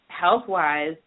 health-wise